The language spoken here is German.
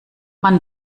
man